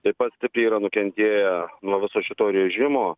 taip pat stipriai yra nukentėję nuo viso šito režimo